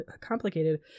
complicated